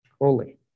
holy